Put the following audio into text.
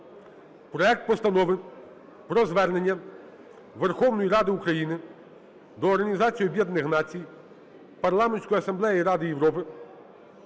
проект Постанови про Звернення Верховної Ради України до Організації Об'єднаних Націй, Парламентської Асамблеї Ради Європи